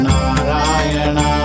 Narayana